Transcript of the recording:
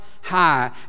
high